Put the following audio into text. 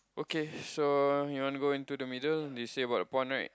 okay so you want to go into the middle they said about the pond right